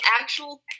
actual